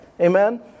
Amen